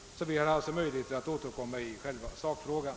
Vi har således möjligheter att återkomma i själva sakfrågan.